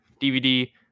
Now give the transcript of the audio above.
DVD